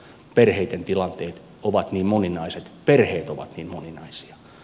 perheiden tilanteet ovat niin moninaiset perheet ovat niin moninaisia